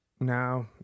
Now